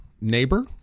neighbor